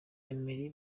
emery